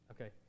Okay